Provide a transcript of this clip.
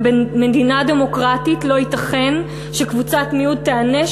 ובמדינה דמוקרטית לא ייתכן שקבוצת מיעוט תיענש